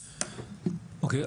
אוקיי.